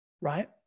right